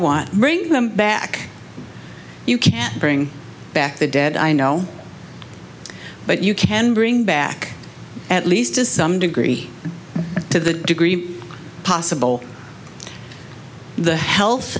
want bring them back you can't bring back the dead i know but you can bring back at least to some degree to the degree possible the health